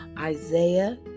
Isaiah